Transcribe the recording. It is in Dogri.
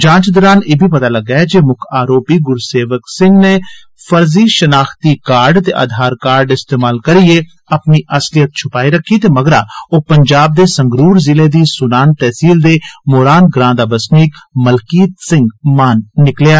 जांच दरान इब्बी पता लग्गा ऐ जे मुक्ख अरोपी गुरूसेवक नै फर्जी शनाख्ती कार्ड ते आधार कार्ड इस्तेमाल करियै अपनी असलियत छपाई रखी ते मगरा ओ पंजाब दे संगंरूर जिले दी सुनान तैह्सील दे मौरान ग्रां दा बसनीक मलकीत सिंह मान निकलेआ